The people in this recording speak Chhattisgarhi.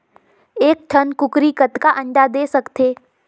एक ठन कूकरी कतका अंडा दे सकथे?